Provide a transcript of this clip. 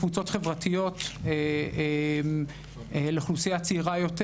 קבוצות חברתיות לאוכלוסייה צעירה יותר